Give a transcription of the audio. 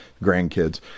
grandkids